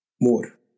more